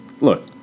look